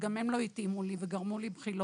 וגם הן לא התאימו לי וגרמו לי לבחילות,